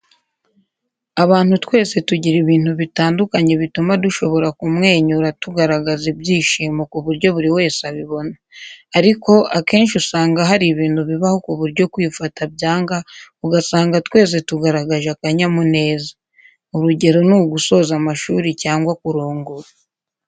Abantu twese tugira ibintu bitandukanye bituma dushobora kumwenyura tugaragaza ibyishimo ku buryo buri wese abibona. Ariko akenshi usanga hari ibintu bibaho ku buryo kwifata byanga, ugasanga twese tugaragaje akanyamuneza. Urugero ni ugusoza amashuri cyangwa kurongora.